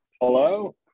Hello